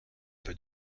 peu